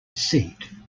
seat